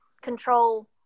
control